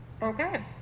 Okay